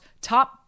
top